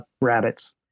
rabbits